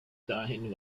dahin